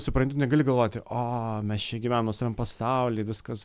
supranti tu negali galvoti o mes čia gyvenam nuostabiam pasauly viskas